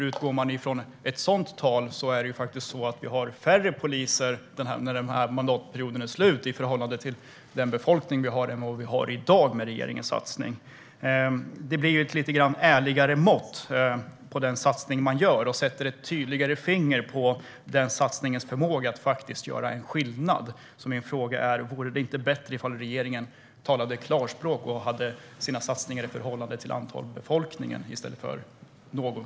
Utgår man från det har vi faktiskt färre poliser när den här mandatperioden är slut i förhållande till den befolkning vi har då än vad vi har i dag med regeringens satsning. Det blir ett lite ärligare mått på den satsning man gör och sätter ett tydligare finger på den satsningens förmåga att faktiskt göra skillnad. Vore det inte bättre om regeringen talade klarspråk och gjorde sina satsningar i förhållande till antalet i befolkningen?